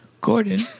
Gordon